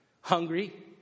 hungry